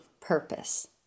purpose